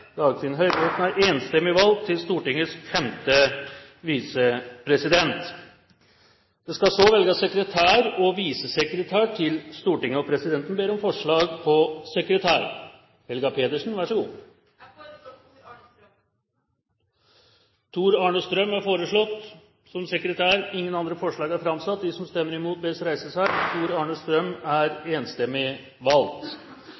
Dagfinn Høybråten. Dagfinn Høybråten er foreslått valgt til Stortingets femte visepresident. – Andre forslag foreligger ikke. Det skal så velges sekretær og visesekretær i Stortinget. Presidenten ber om forslag på sekretær. Jeg foreslår Tor-Arne Strøm. Tor-Arne Strøm er foreslått valgt til Stortingets sekretær. – Andre forslag